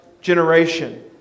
generation